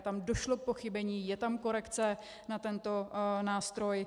Tam došlo k pochybení, je tam korekce na tento nástroj.